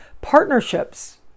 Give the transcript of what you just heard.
partnerships